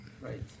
Right